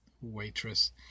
waitress